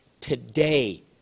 today